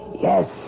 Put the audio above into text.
Yes